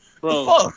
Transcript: Bro